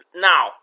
Now